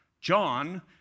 John